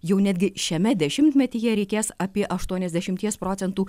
jau netgi šiame dešimtmetyje reikės apie aštuoniasdešimties procentų